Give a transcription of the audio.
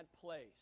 place